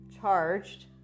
charged